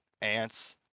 ants